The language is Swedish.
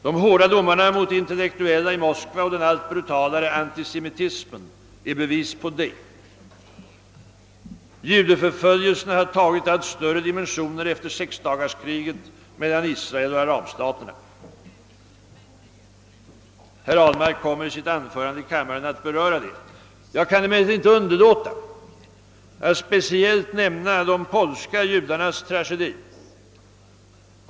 De hårda domarna mot intellektuella i Moskva och den allt brutalare antesimitismen är bevis på detta. Judeförföljelserna har tagit allt större dimensioner efter sexdagarskriget mellan Israel och arabstaterna. Herr Ahlmark kommer i sitt anförande i kammaren att beröra detta. Jag kan emellertid inte underlåta att speciellt nämna de polska judarnas tragedi.